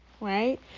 Right